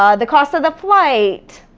um the cost of the flight.